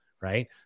Right